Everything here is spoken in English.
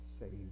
saved